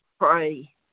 pray